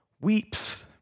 weeps